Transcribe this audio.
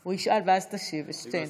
הוא ישאל ואז תשיב על שתיהן.